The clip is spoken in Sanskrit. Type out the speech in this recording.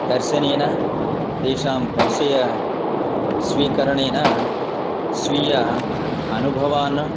दर्शनेन तेषां परिचय स्वीकरणेन स्वीय अनुभवान्